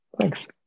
Thanks